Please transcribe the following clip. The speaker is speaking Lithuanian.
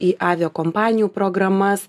į aviakompanijų programas